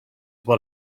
what